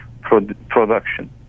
production